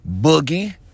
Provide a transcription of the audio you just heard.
Boogie